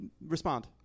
Respond